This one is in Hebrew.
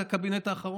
עד הקבינט האחרון,